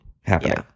happening